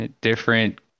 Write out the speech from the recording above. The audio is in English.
different